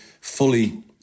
fully